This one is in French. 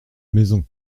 maison